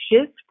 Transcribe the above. shift